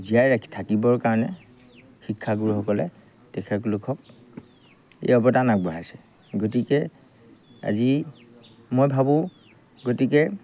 জীয়াই ৰাখি থাকিবৰ কাৰণে শিক্ষাগুৰুসকলে তেখেতলোকক এই অৱদান আগবঢ়াইছে গতিকে আজি মই ভাবোঁ গতিকে